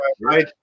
right